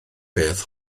beth